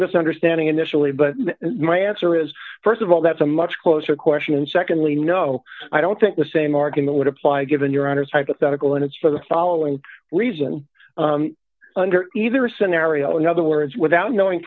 misunderstanding initially but my answer is st of all that's a much closer question and secondly no i don't think the same argument would apply given your honour's hypothetical and it's for the following reason under either scenario in other words without knowing